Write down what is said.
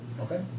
Okay